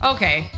Okay